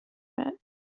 met